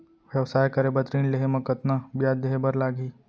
व्यवसाय करे बर ऋण लेहे म कतना ब्याज देहे बर लागही?